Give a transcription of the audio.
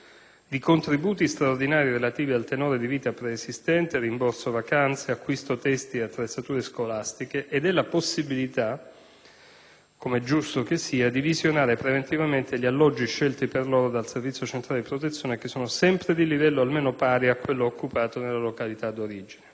di contributi straordinari relativi al tenore di vita preesistente (rimborso vacanze, acquisto testi e attrezzature scolastiche) e della possibilità - com'è giusto che sia - di visionare preventivamente gli alloggi scelti per loro dal Servizio centrale di protezione, che sono sempre di livello almeno pari a quello occupato nella località d'origine.